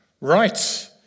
Right